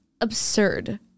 absurd